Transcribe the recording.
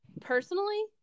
personally